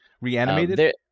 reanimated